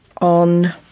On